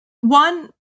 one